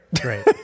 Great